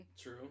True